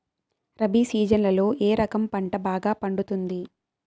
రబి సీజన్లలో ఏ రకం పంట బాగా పండుతుంది